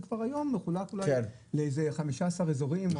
זה כבר היום מחולק לאיזה 15 אזורים,